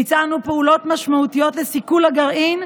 ביצענו פעולות משמעותיות לסיכול הגרעין,